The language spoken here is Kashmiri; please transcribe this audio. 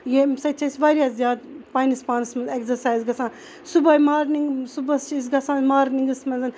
ییٚمہِ سۭتۍ چھِ أسۍ واریاہ زیادٕ پَننِس پانَس مَنٛز ایگزَرسایز گَژھان صُبحٲے مارنِنٛگ صُبحَس چھِ أسۍ گَژھان مارنِنٛگَس مَنٛز